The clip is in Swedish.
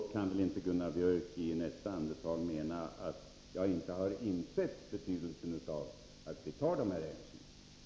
Då kan väl Gunnar Björk i nästa andetag inte mena att jag inte har insett betydelsen av att vi tar dessa hänsyn.